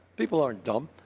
people aren't dumb.